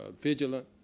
vigilant